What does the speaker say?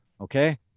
okay